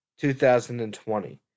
2020